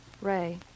Ray